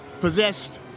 possessed